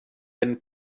wenn